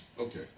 Okay